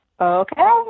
okay